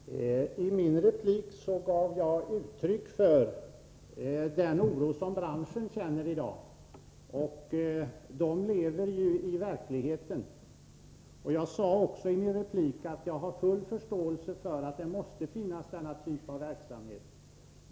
Fru talman! I mitt inlägg gav jag uttryck för den oro som branschen känner i dag — och där lever man ju i verkligheten. Jag sade också att jag har full förståelse för att denna typ av verksamhet måste finnas.